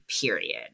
period